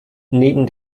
neben